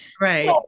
Right